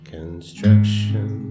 Construction